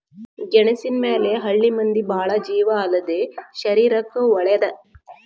ಗೆಣಸಿನ ಮ್ಯಾಲ ಹಳ್ಳಿ ಮಂದಿ ಬಾಳ ಜೇವ ಅಲ್ಲದೇ ಶರೇರಕ್ಕೂ ವಳೇದ